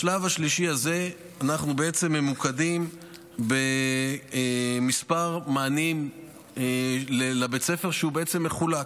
בשלב השלישי הזה אנחנו ממוקדים בכמה מענים לבית ספר שהוא בעצם מחולק.